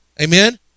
Amen